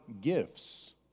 gifts